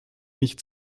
nicht